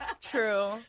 True